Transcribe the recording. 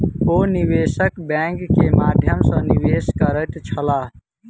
ओ निवेशक बैंक के माध्यम सॅ निवेश करैत छलाह